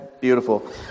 beautiful